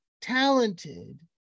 talented